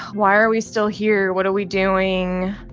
why are we still here? what are we doing?